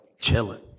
chilling